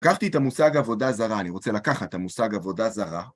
לקחתי את המושג עבודה זרה, אני רוצה לקחת את המושג עבודה זרה.